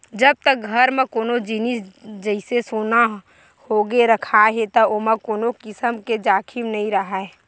जब तक घर म कोनो जिनिस जइसा सोना होगे रखाय हे त ओमा कोनो किसम के जाखिम नइ राहय